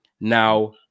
Now